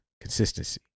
consistency